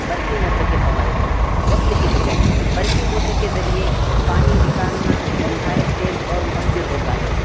برقی موٹر کے فوائد وقت کی بچت برقی موٹر کے ذریعے پانی نکالنا نہایت تیز اور مؤثر ہوتا ہے